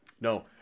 No